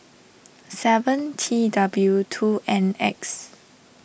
seven T W two N X